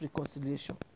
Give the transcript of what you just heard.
reconciliation